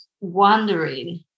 wondering